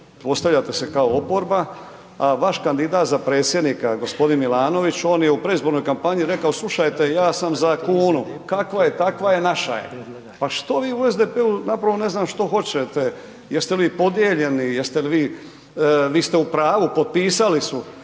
postavljate se kao oporba a vaš kandidat za Predsjednika, g. Milanović, on je u predizbornoj kampanji rekao „slušajte, ja sam za kunu, kakva je, takva, naša je“. Pa što vi u SDP-u, zapravo ne znam što hoćete, jeste li podijeljeni, vi ste u pravo, potpisali su